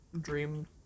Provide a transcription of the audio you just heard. dream